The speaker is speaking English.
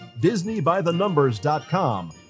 DisneyByTheNumbers.com